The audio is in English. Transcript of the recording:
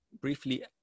briefly